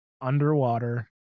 underwater